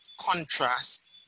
contrast